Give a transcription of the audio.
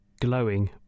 glowing